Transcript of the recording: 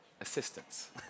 assistance